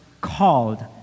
called